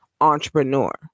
entrepreneur